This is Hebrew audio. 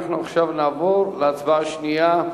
עכשיו נעבור להצבעה השנייה.